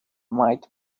might